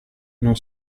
non